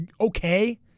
okay